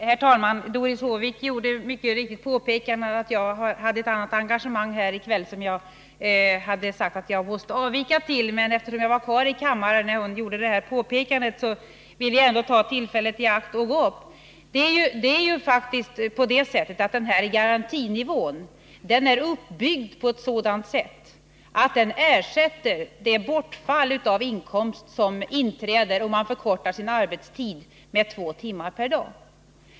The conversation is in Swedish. Herr talman! Doris Håvik gjorde mycket riktigt påpekandet att jag hade ett annat engagemang i kväll som jag hade sagt att jag måste avvika till. Men eftersom jag nu var kvar i kammaren när hon gjorde detta påpekande vill jag ta tillfället i akt och gå in i debatten. Det är faktiskt så att denna garantinivå är uppbyggd på ett sådant sätt att den ersätter det bortfall av inkomst som inträder om man förkortar sin arbetstid med två timmar per dag.